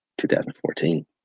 2014